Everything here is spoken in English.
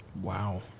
Wow